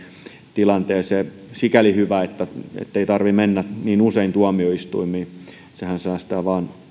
tilanteeseen sikäli hyvä ettei tarvitse mennä niin usein tuomioistuimiin sehän säästää vain rahaa